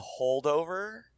holdover